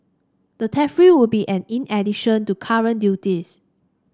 the tariff would be in addition to current duties